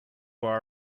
bar